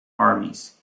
armies